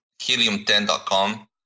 helium10.com